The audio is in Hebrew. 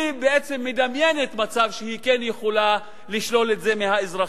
היא בעצם מדמיינת מצב שהיא כן יכולה לשלול את זה מהאזרחים.